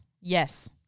Yes